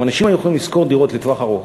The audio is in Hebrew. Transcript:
אם אנשים היו יכולים לשכור דירות לטווח ארוך,